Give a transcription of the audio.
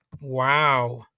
Wow